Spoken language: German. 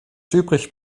übrig